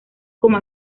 como